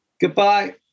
Goodbye